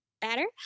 better